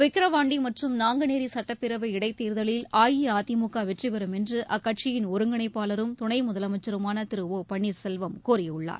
விக்கிரவாண்டி மற்றும் நாங்குநேரி சுட்டப்பேரவை இடைத் தேர்தலில் அஇஅதிமுக வெற்றி பெறும் என்று அக்கட்சியின் ஒருங்கிணைப்பாளரும் துணை முதலமைச்சருமான திரு ஓ பன்னீர்செல்வம் நம்பிக்கை தெரிவித்துள்ளார்